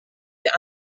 für